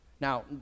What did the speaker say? Now